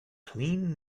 clean